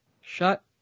shut